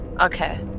Okay